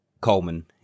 Coleman